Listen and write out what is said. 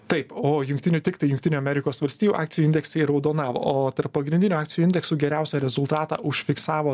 taip o jungtinių tiktai jungtinių amerikos valstijų akcijų indeksai raudonavo o tarp pagrindinių akcijų indeksų geriausią rezultatą užfiksavo